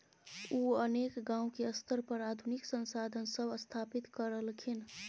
उ अनेक गांव के स्तर पर आधुनिक संसाधन सब स्थापित करलखिन